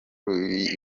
b’i